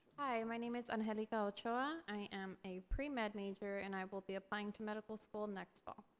hi, my name is angelica ochoa. i am a pre-med major and i will be applying to medical school next fall.